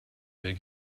big